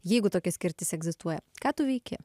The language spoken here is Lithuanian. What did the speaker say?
jeigu tokia skirtis egzistuoja ką tu veiki